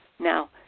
Now